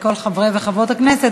לכל חברי וחברות הכנסת,